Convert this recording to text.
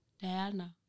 Diana